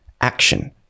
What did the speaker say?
action